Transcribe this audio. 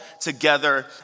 together